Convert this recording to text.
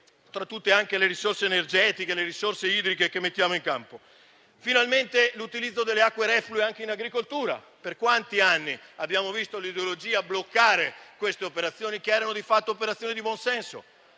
tra tutte le risorse energetiche e idriche che mettiamo in campo. Finalmente è previsto l'utilizzo delle acque reflue anche in agricoltura. Per quanti anni abbiamo visto l'ideologia bloccare queste operazioni, che erano di fatto di buon senso?